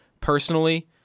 personally